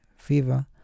fever